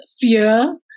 fear